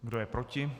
Kdo je proti?